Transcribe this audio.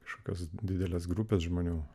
kažkokios didelės grupės žmonių